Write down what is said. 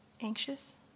Anxious